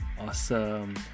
awesome